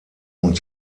und